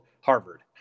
Harvard